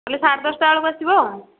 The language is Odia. କାଲି ସାଢେ ଦଶଟା ବେଳକୁ ଆସିବ ଆଉ